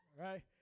right